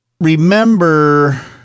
remember